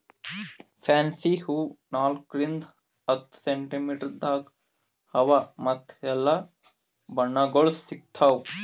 fancy ಹೂವು ನಾಲ್ಕು ರಿಂದ್ ಹತ್ತು ಸೆಂಟಿಮೀಟರದಾಗ್ ಅವಾ ಮತ್ತ ಎಲ್ಲಾ ಬಣ್ಣಗೊಳ್ದಾಗ್ ಸಿಗತಾವ್